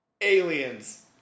Aliens